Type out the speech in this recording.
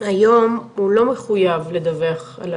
היום הוא לא מחויב לדווח.